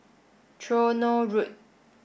Tronoh Road